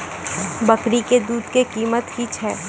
बकरी के दूध के कीमत की छै?